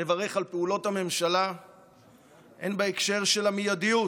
לברך על פעולות הממשלה הן בהקשר של המיידיות,